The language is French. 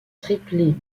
triplé